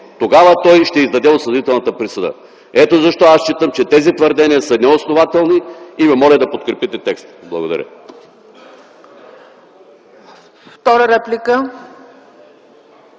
тогава ще издаде осъдителната присъда. Аз считам, че тези твърдения са неоснователни и ви моля да подкрепите текста. Благодаря